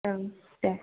औ दे